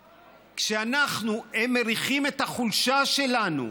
כשאנחנו, הם מריחים את החולשה שלנו.